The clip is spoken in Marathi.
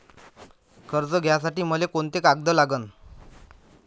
कर्ज घ्यासाठी मले कोंते कागद लागन?